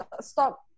Stop